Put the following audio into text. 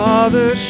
Father